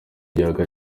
gihugu